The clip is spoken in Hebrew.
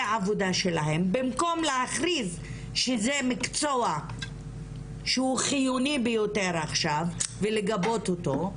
העבודה שלהם במקום להכריז שזה מקצוע שהוא חיוני ביותר עכשיו ולגבות אותו,